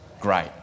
Great